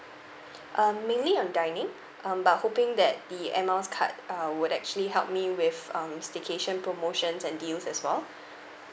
um mainly on dining um but hoping that the air miles card uh would actually help me with um staycation promotions and deals as well